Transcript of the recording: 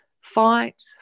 fight